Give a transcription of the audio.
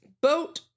Boat